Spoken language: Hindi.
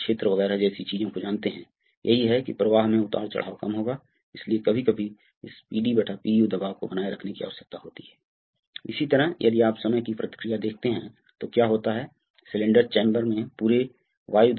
तो यह वही है जो हमने हासिल किया है अतः हमने एक अनुक्रमण हासिल किया है अतः ये कुछ सर्किट हैं और हमने इस पाठ में क्या देखा है